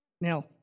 Now